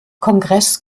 kongress